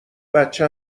بچه